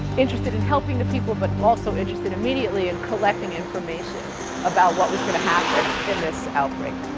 interested in helping the people but also interested immediately in collecting information about what was going to happen in this outbreak.